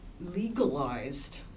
legalized